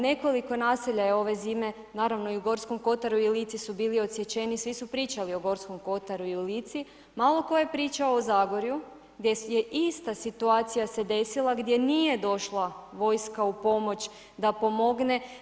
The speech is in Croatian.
Nekoliko naselja je ove zime, naravno i u Gorskom Kotaru i Lici su bili odsječeni, svi su pričali i o Gorskom Kotaru i Lici, malo tko je pričao o Zagorju gdje ista situacija se desila gdje nije došla vojska u pomoć da pomogne.